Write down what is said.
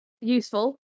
Useful